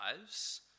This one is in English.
lives